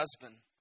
husband